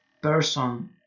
person